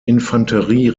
infanterie